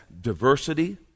diversity